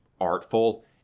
artful